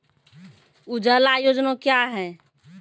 उजाला योजना क्या हैं?